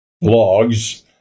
logs